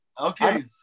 Okay